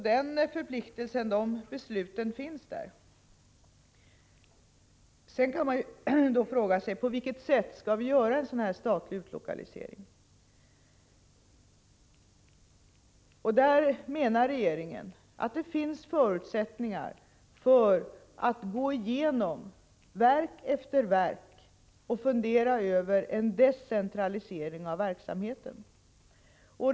Det finns alltså redan beslut i detta avseende. Sedan kan man fråga sig på vilket sätt en sådan här statlig utlokalisering skall utföras. Regeringen menar att det finns förutsättningar för att studera verk efter verk. Samtidigt kan man då fundera över hur decentralisering av verksamheten skulle kunna åstadkommas.